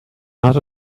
out